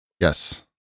Yes